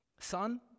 Son